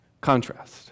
Contrast